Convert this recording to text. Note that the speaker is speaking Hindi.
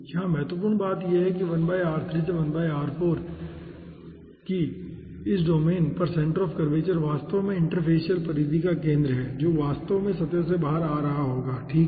यहां महत्वपूर्ण बात यह है कि 1r3 से 1r4 यह है कि इस डोमेन पर सेंटर ऑफ़ कर्वेचर वास्तव में इंटरफेसियल परिधि का केंद्र है जो वास्तव में सतह से बाहर आ रहा होगा ठीक है